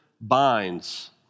binds